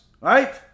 right